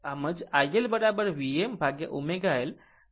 આમ જ iL Vmω L sin ω t 90 o